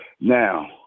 Now